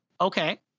okay